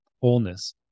Wholeness